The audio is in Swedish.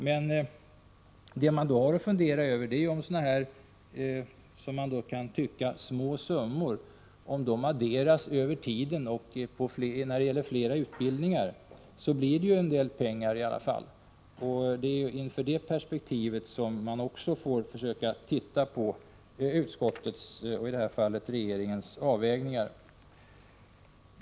Men om sådana här, som man kan tycka, små summor adderas över tiden, och när det gäller flera utbildningar, så blir det i alla fall en del pengar. Det är också ur det perspektivet som man får se på utskottets — och regeringens — avvägningar.